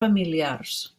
familiars